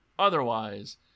Otherwise